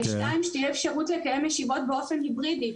שתהיה אפשרות לקיים ישיבות באופן היברידי.